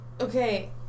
Okay